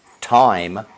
time